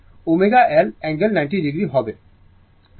সুতরাং V সময় দেখুন 1921 ω L অ্যাঙ্গেল 90o